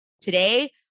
Today